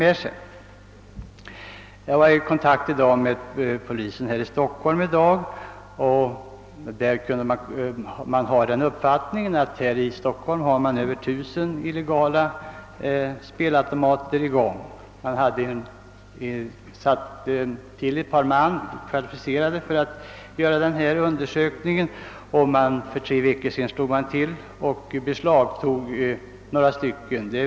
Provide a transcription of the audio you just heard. Jag har i dag varit i kontakt med polisen i Stockholm, och där har man den uppfattningen att det enbart här i sta den finns mer än 1000 illegala spelautomater i bruk. Ett par väl kvalificerade krafter från polisen hade avdelats för att göra en undersökning. För tre veckor sedan slog man till och lade beslag på några apparater.